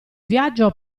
viaggio